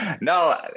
No